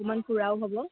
অকণমান ফুৰাও হ'ব